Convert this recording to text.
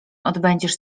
odbędziesz